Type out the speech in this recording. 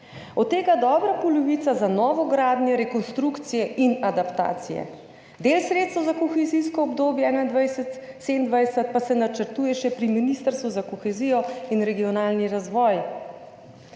od tega dobra polovica za novogradnje, rekonstrukcije in adaptacije. Del sredstev za kohezijsko obdobje 2021–2027 pa se načrtuje še pri Ministrstvu za kohezijo in regionalni razvoj.